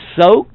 soaked